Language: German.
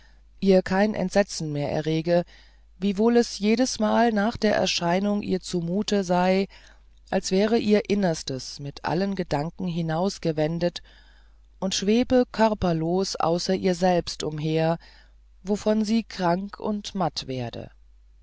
ihr kein entsetzen mehr errege wiewohl es jedesmal nach der erscheinung ihr zumute sei als wäre ihr innerstes mit allen gedanken hinausgewendet und schwebe körperlos außer ihr selbst umher wovon sie krank und matt werde